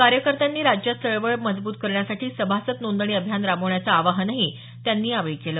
कार्यकर्त्यांनी राज्यात चळवळ मजबूत करण्यासाठी सभासद नोंदणी अभियान राबविण्याचं आवाहनही त्यांनी यावेळी केलं